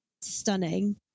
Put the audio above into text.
stunning